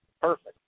perfect